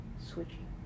switching